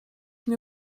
mnie